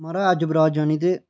माराज अज्ज बरात जानी ते